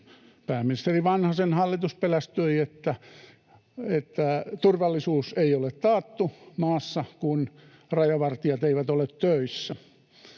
pääministeri Vanhasen hallitus, pelästyi, että turvallisuus ei ole taattu maassa, kun rajavartijat eivät ole töissä.